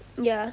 ya